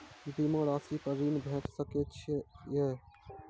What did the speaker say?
बीमा रासि पर ॠण भेट सकै ये?